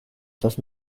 just